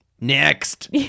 Next